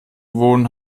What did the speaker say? wohnen